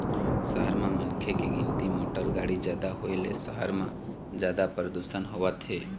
सहर म मनखे के गिनती, मोटर गाड़ी जादा होए ले सहर म जादा परदूसन होवत हे